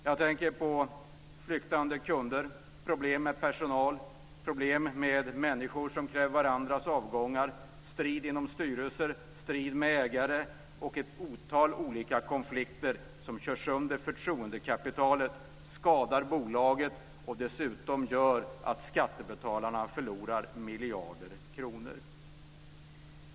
Jag tänker på flyktande kunder, problem med personal, problem med människor som kräver varandras avgångar, strid inom styrelser, strid med ägare och ett otal olika konflikter som kör sönder förtroendekapitalet, skadar bolaget och dessutom gör att skattebetalarna förlorar miljarder kronor.